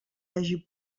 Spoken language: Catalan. hagi